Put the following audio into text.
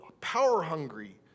power-hungry